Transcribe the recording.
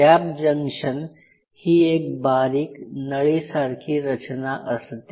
gap junction ही एक बारीक नळी सारखी रचना असते